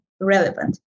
relevant